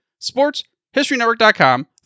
sportshistorynetwork.com